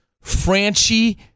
Franchi